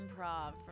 improv